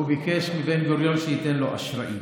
הוא ביקש מבן-גוריון שייתן לו אשראי.